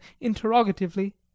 interrogatively